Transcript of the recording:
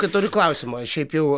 kad turiu klausimą šiaip jau